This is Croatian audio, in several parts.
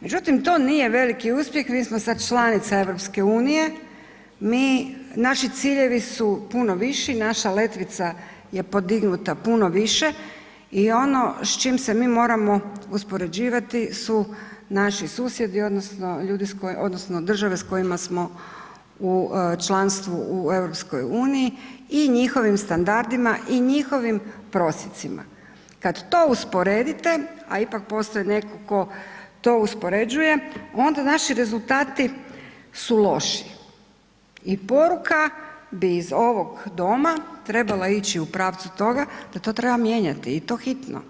Međutim, to nije veliki uspjeh, mi smo sad članica EU, mi, naši ciljevi su puno viši, naša letvica je podignuta puno više i ono s čim se mi moramo uspoređivati su naši susjedi odnosno ljudi s kojima, odnosno države s kojima smo u članstvu u EU i njihovim standardima i njihovim prosjecima, kad to usporedite, a ipak postoji netko tko to uspoređuje onda naši rezultati su loši i poruka bi iz ovog doma bi trebala ići u pravcu toga da to treba mijenjati i to hitno,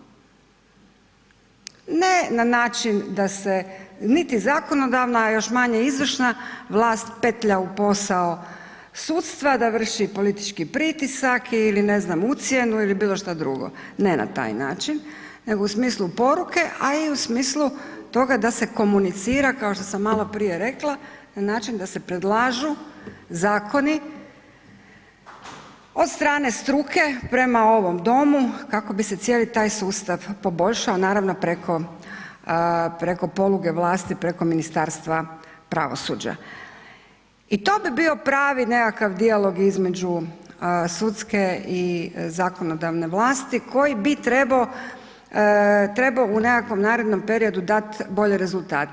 ne na način da se niti zakonodavna, a još manje izvršna vlast, petlja u posao sudstva, da vrši politički pritisak ili ne znam ucjenu ili bilo šta drugo, ne na taj način, nego u smislu poruke, a i u smislu toga da se komunicira kao što sam maloprije rekla na način da se predlažu zakoni od strane struke prema ovom domu kako bi se cijeli taj sustav poboljšao naravno preko, preko poluge vlasti, preko Ministarstva pravosuđa i to bi bio pravi nekakav dijalog između sudske i zakonodavne vlasti koji bi trebo, trebo u nekakvom narednom periodu dat bolje rezultate.